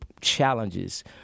challenges